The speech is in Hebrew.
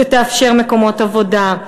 שתאפשר מקומות עבודה,